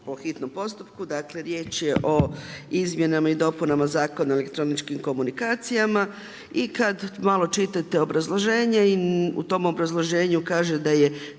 po hitnom postupku, dakle je o izmjenama i dopunama Zakona o elektroničkim komunikacijama. I kad malo čitate obrazloženje i u tom obrazloženju kaže da je